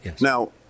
Now